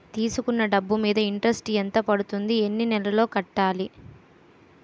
తీసుకున్న డబ్బు మీద ఇంట్రెస్ట్ ఎంత పడుతుంది? ఎన్ని నెలలో కట్టాలి?